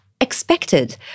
expected